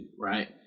right